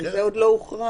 זה עוד לא הוכרע.